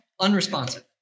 Unresponsive